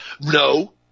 no